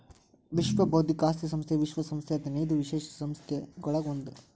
ವಿಶ್ವ ಬೌದ್ಧಿಕ ಆಸ್ತಿ ಸಂಸ್ಥೆಯು ವಿಶ್ವ ಸಂಸ್ಥೆಯ ಹದಿನೈದು ವಿಶೇಷ ಸಂಸ್ಥೆಗಳೊಳಗ ಒಂದ್